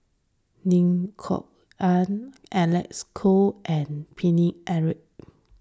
Lim Kok Ann Alec Kuok and Paine Eric